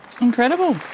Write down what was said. Incredible